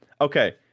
okay